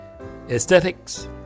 Aesthetics